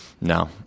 No